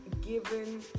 given